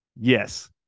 Yes